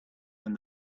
and